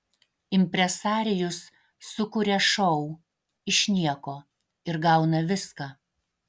impresarijus sukuria šou iš nieko ir gauna viską